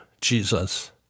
Jesus